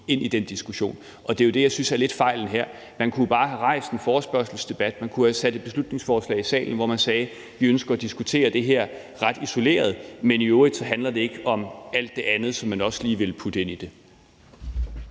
ned i den diskussion. Det er jo det, jeg lidt synes er fejlen her. Man kunne bare have rejst en forespørgselsdebat, og man kunne have sat et beslutningsforslag i salen, hvor man sagde, at vi ønsker at diskutere det her ret isoleret, men at det i øvrigt ikke handler om alt det andet, som man også lige vil putte ind i det.